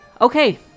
Okay